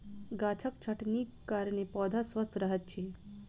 गाछक छटनीक कारणेँ पौधा स्वस्थ रहैत अछि